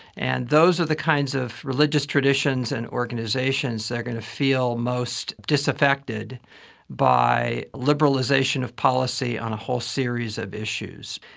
and those are the kinds of religious traditions and organisations that are going to feel most disaffected by liberalisation of policy on a whole series of issues.